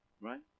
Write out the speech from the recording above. Right